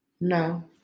No